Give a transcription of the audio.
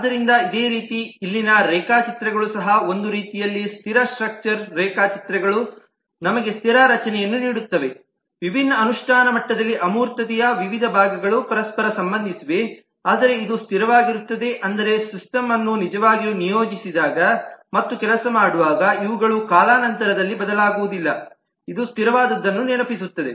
ಆದ್ದರಿಂದ ಇದೇ ರೀತಿ ಇಲ್ಲಿನ ರೇಖಾಚಿತ್ರಗಳು ಸಹ ಒಂದು ರೀತಿಯಲ್ಲಿ ಸ್ಥಿರ ಸ್ಟ್ರಕ್ಚರ್ ರೇಖಾಚಿತ್ರಗಳು ನಮಗೆ ಸ್ಥಿರ ರಚನೆಯನ್ನು ನೀಡುತ್ತವೆ ವಿಭಿನ್ನ ಅನುಷ್ಠಾನ ಮಟ್ಟದಲ್ಲಿ ಅಮೂರ್ತತೆಯ ವಿವಿಧ ಭಾಗಗಳು ಪರಸ್ಪರ ಸಂಬಂಧಿಸಿವೆಆದರೆ ಇದು ಸ್ಥಿರವಾಗಿರುತ್ತದೆ ಅಂದರೆ ಸಿಸ್ಟಮ್ ಅನ್ನು ನಿಜವಾಗಿಯೂ ನಿಯೋಜಿಸಿದಾಗ ಮತ್ತು ಕೆಲಸ ಮಾಡುವಾಗ ಇವುಗಳು ಕಾಲಾನಂತರದಲ್ಲಿ ಬದಲಾಗುವುದಿಲ್ಲ ಇದು ಸ್ಥಿರವಾದದ್ದನ್ನು ನೆನಪಿಸುತ್ತದೆ